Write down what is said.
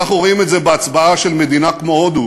אנחנו רואים את זה בהצבעה של מדינה כמו הודו